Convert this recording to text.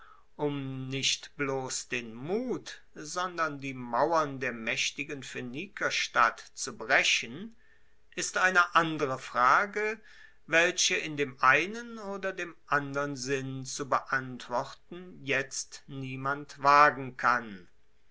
um nicht bloss den mut sondern die mauern der maechtigen phoenikerstadt zu brechen ist eine andere frage welche in dem einen oder dem andern sinn zu beantworten jetzt niemand wagen kann